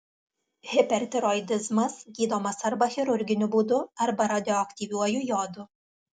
hipertiroidizmas gydomas arba chirurginiu būdu arba radioaktyviuoju jodu